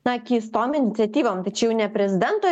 na keistom iniciatyvom tai čia jau ne prezidento